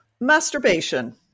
Masturbation